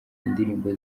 indirimbo